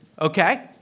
okay